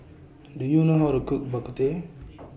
Do YOU know How to Cook Bak Kut Teh